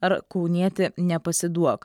ar kaunieti nepasiduok